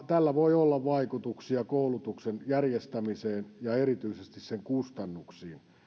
tällä voi olla vaikutuksia koulutuksen järjestämiseen ja erityisesti sen kustannuksiin